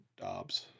Dobbs